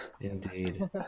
indeed